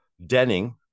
Denning